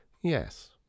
Yes